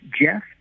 Jeff